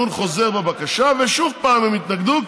בעצם עשתה דיון חוזר בבקשה ועוד פעם הם התנגדו,